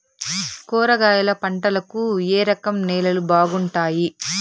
కూరగాయల పంటలకు ఏ రకం నేలలు బాగుంటాయి?